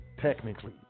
technically